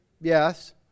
yes